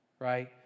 right